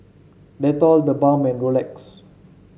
Dettol TheBalm and Rolex